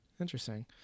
interesting